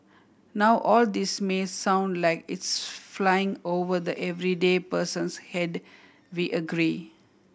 now all this may sound like it's flying over the everyday person's head we agree